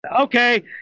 okay